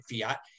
fiat